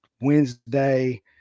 Wednesday